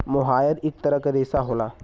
मोहायर इक तरह क रेशा होला